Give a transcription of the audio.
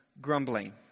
grumbling